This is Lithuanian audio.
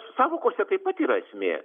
sąvokose taip pat yra esmė